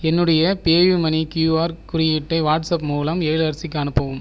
என்னுடைய PayUmoney QR குறியீட்டை WhatsApp மூலம் எழிலரசிக்கு அனுப்பவும்